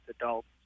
adults